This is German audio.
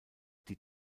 die